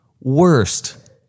worst